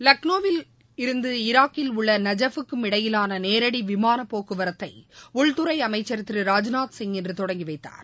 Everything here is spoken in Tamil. லக்னோவில் இருந்து ஈராக்கில் உள்ள நஜாஃப்புக்கும் இடையிலான நேரடி விமான போக்குவரத்தை உள்துறை அமைச்சர் திரு ராஜ்நாத்சிங் இன்று தொடங்கி வைத்தார்